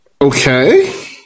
Okay